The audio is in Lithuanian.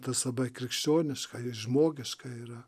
tas labai krikščioniška ir žmogiška yra